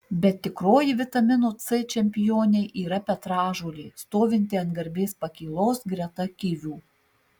bet tikroji vitamino c čempionė yra petražolė stovinti ant garbės pakylos greta kivių